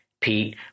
Pete